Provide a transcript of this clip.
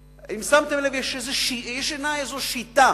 אם שמתם לב, יש איזו שיטה